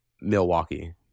Milwaukee